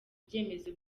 ibyemezo